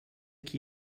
qui